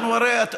אנחנו הרי,